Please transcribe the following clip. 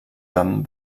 joan